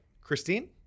Christine